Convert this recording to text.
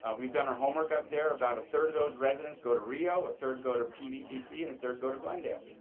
ah we have done our homework up there. about a third of those residents go to rio, a third go to pvcc, and a third go to glendale.